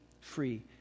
free